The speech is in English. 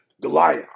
Goliath